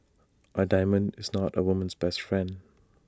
A diamond is not A woman's best friend